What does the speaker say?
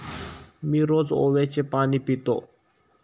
मी रोज ओव्याचे पाणी पितो